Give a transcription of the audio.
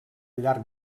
llarg